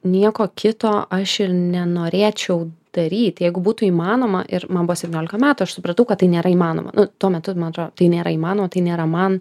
nieko kito aš nenorėčiau daryt jeigu būtų įmanoma ir man buvo septyniolika metų aš supratau kad tai nėra įmanoma nu tuo metu man atro tai nėra įmanoma tai nėra man